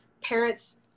Parents